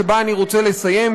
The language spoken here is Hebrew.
שבה אני רוצה לסיים,